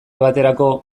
baterako